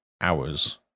hours